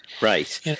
Right